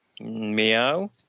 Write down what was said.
Meow